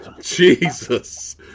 Jesus